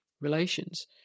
relations